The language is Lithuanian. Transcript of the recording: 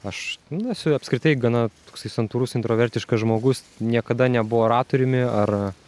aš na esu apskritai gana toksai santūrus intravertiškas žmogus niekada nebuvau oratoriumi ar